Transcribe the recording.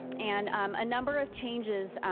and um a number of changes.